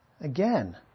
again